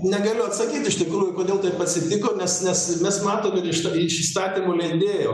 negaliu atsakyt iš tikrųjų kodėl taip atsitiko nes nes mes matom iš to iš įstatymų leidėjo